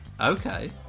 Okay